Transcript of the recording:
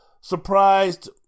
surprised